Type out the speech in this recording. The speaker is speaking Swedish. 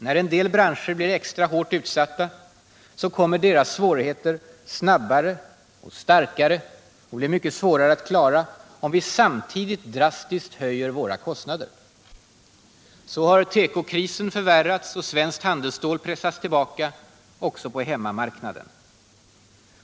När en del branscher blir extra hårt utsatta kommer deras svårigheter snabbare och starkare och blir mycket svårare att klara om vi samtidigt drastiskt höjer våra kostnader. Så har tekokrisen förvärrats och svenskt handelsstål pressats tillbaka också på hemmamarknaden.